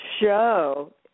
show